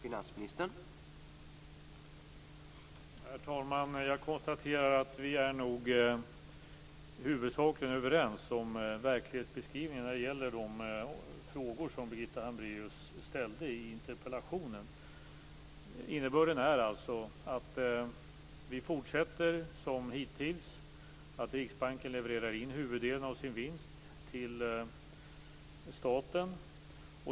Herr talman! Jag konstaterar att vi nog huvudsakligen är överens om verklighetsbeskrivningarna när det gäller de frågor som Birgitta Hambraeus ställde i interpellationen. Innebörden är alltså att vi fortsätter som hittills och att Riksbanken levererar in huvuddelen av sin vinst till staten.